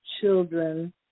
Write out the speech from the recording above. children